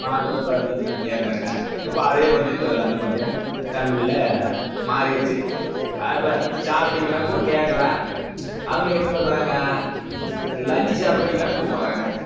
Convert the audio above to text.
வாங்க உட்காரிங்களானு கேட்குறாங்க இப்போ அதே வந்து இப்போ எல்லாமே கொஞ்சம் தமிழில் மாறிருச்சு இப்போ சாப்பிடீங்களானு கூட கேட்கலாம் அவங்க என்ன பண்ணுறாங்க லன்ச்சு சாப்பிட்றீங்களானு கூப்பிட்றாங்க